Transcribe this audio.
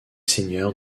seigneur